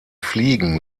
fliegen